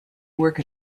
work